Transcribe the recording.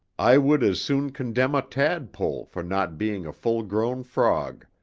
i would as soon condemn a tadpole for not being a full-grown frog.